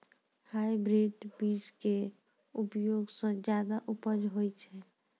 hybrid बीज के उपयोग सॅ ज्यादा उपज होय छै